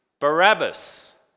Barabbas